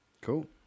Cool